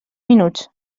minuts